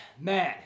man